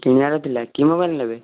କିଣିବାର ଥିଲା କି ମୋବାଇଲ ନେବେ